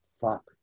Fuck